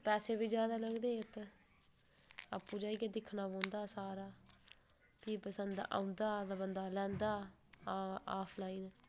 पैसे बी जैदा लगदे हे उत्त आपूं जाइयै दिक्खना पौंदा हा सारा फ्ही पसंद औंदा हा तां बंदा लैंदा हा ऑफलाइन